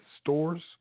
stores